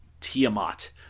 Tiamat